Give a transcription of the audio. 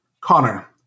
Connor